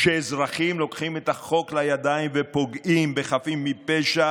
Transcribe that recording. שאזרחים לוקחים את החוק לידיים ופוגעים בחפים מפשע,